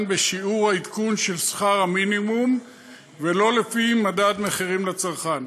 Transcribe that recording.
בשיעור העדכון של שכר המינימום ולא לפי מדד המחירים לצרכן.